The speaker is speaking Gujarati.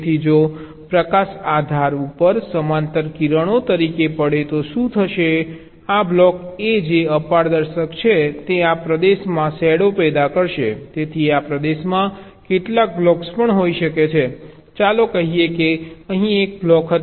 તેથી જો પ્રકાશ આ ધાર ઉપર સમાંતર કિરણો તરીકે પડે તો શું થશે આ બ્લોક A જે અપારદર્શક છે તે આ પ્રદેશમાં શેડો પેદા કરશે તેથી આ પ્રદેશમાં કેટલાક બ્લોક્સ પણ હોઈ શકે છે ચાલો કહીએ કે અહીં એક બ્લોક હતો